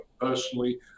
personally